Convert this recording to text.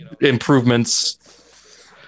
improvements